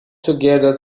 together